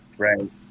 Right